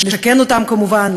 לשכן אותם כמובן,